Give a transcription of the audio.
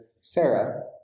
Sarah